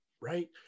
Right